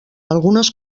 algunes